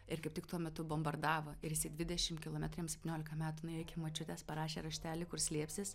ir kaip tik tuo metu bombardavo ir dvidešim kilometrų jam septyniolika metų nuėjo iki močiutės parašė raštelį kur slėpsis